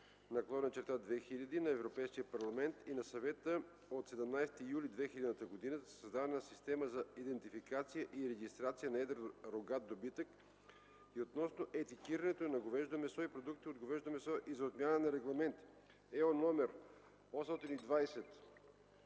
(ЕО) № 1760/2000 на Европейския парламент и на Съвета от 17 юли 2000 г. за създаване на система за идентификация и регистрация на едър рогат добитък и относно етикетирането на говеждо месо и продукти от говеждо месо и за отмяна на Регламент (ЕО) № 820/97